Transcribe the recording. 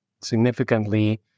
significantly